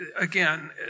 again